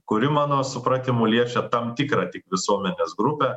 kuri mano supratimu liečia tam tikrą tik visuomenės grupę